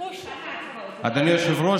אדוני היושב-ראש,